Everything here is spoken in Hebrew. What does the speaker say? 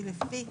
כי לפי,